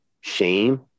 shame